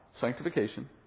sanctification